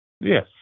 Yes